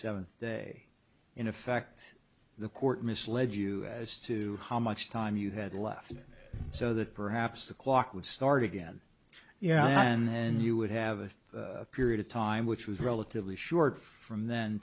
seventh day in effect the court misled you as to how much time you had left so that perhaps the clock would start again yan and you would have a period of time which was relatively short from